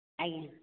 ଆଜ୍ଞା